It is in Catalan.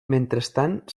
mentrestant